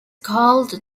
called